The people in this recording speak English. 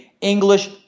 English